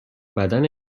بدن